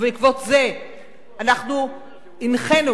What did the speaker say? ובעקבות זה אנחנו הנחינו